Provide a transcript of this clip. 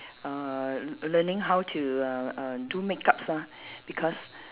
uh le~ learning how to uh uh do makeup ah because